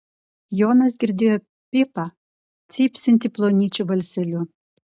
jonas girdėjo pipą cypsintį plonyčiu balseliu